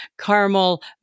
caramel